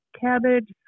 cabbage